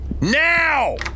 Now